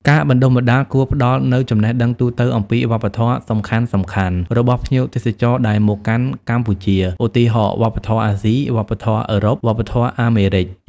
ការបណ្តុះបណ្តាលគួរផ្តល់នូវចំណេះដឹងទូទៅអំពីវប្បធម៌សំខាន់ៗរបស់ភ្ញៀវទេសចរដែលមកកាន់កម្ពុជា ឧទាហរណ៍ វប្បធម៌អាស៊ី វប្បធម៌អឺរ៉ុប វប្បធម៌អាមេរិក។